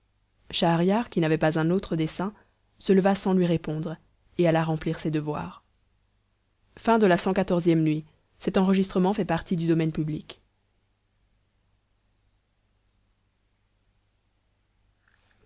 schahriar qui n'avait pas un autre dessein se leva sans lui répondre et alla remplir ses devoirs cxv nuit